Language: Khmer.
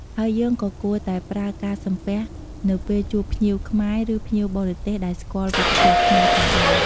ហើយយើងក៏គួរតែប្រើការសំពះនៅពេលជួបភ្ញៀវខ្មែរ ឬភ្ញៀវបរទេសដែលស្គាល់វប្បធម៌ខ្មែរផងដែរ។